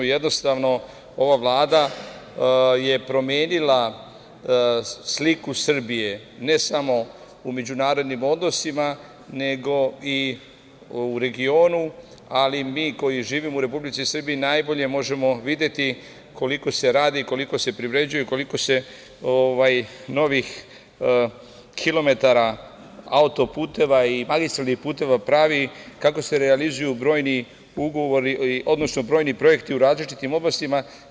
Jednostavno, ova Vlada je promenila sliku Srbije, ne samo u međunarodnim odnosima, nego i u regionu, ali mi koji živimo u Republici Srbiji najbolje možemo videti koliko se radi, koliko se privređuje i koliko se novih kilometara autoputeva i magistralnih puteva pravi, kako se realizuju brojni ugovori, odnosno brojni projekti u različitim oblastima.